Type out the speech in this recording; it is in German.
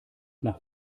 nach